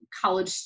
college